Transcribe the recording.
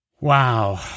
wow